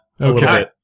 Okay